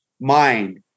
mind